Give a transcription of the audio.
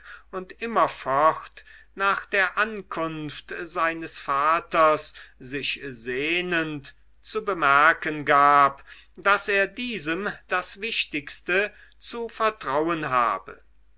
und immerfort nach der ankunft seines vaters sich sehnend zu bemerken gab daß er diesem das wichtigste zu vertrauen habe